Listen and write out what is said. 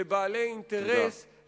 לבעלי אינטרס,